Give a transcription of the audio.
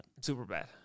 Superbad